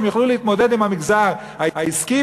והם יוכלו להתמודד עם המגזר העסקי,